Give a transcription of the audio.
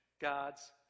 God's